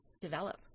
develop